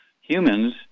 humans